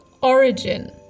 origin